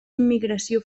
immigració